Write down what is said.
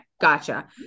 Gotcha